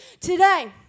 today